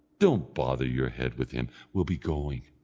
don't bother your head with him we'll be going.